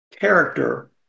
character